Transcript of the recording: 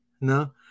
No